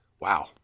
Wow